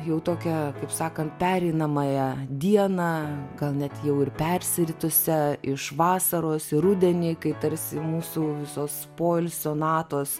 jau tokią kaip sakant pereinamąją dieną gal net jau ir persiritusią iš vasaros į rudenį kai tarsi mūsų visos poilsio natos